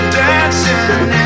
dancing